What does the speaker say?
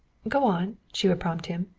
go on, she would prompt him.